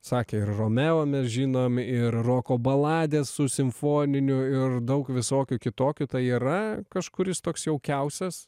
sakė ir romeo mes žinom ir roko baladės su simfoniniu ir daug visokių kitokių tai yra kažkuris toks jaukiausias